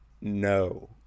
no